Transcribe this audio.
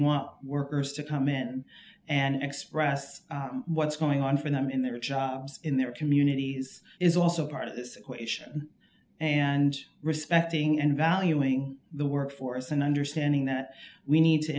want workers to come in and express what's going on for them in their jobs in their communities is also part of this equation and respecting and valuing the work force and understanding that we need to